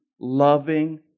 loving